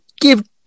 give